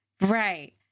Right